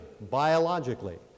biologically